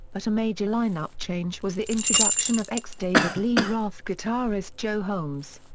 but a major line-up change was the introduction of ex-david lee roth guitarist joe holmes.